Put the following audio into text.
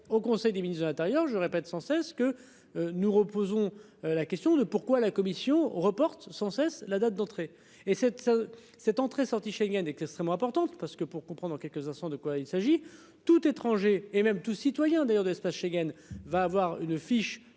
au conseil des ministre de l'Intérieur je répète sans cesse que nous reposons. La question de pourquoi la commission reporte sans cesse la date d'entrée et cette. Cette entrée sortie Schengen extrêmement importante parce que pour comprendre. Dans quelques instants, de quoi il s'agit tout étranger et même tout citoyen d'ailleurs d'l'espace Schengen va avoir une fiche